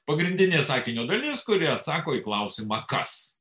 pagrindinė sakinio dalis kuri atsako į klausimą kas